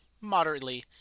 moderately